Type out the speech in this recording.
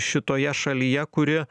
šitoje šalyje kuri